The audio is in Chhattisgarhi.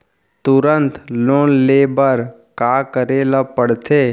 तुरंत लोन ले बर का करे ला पढ़थे?